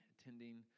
attending